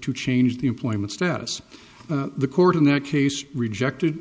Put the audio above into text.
to change the employment status the court in that case rejected